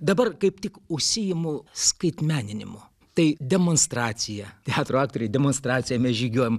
dabar kaip tik užsiimu skaitmeninimu tai demonstracija teatro aktoriai demonstracija mes žygiuojam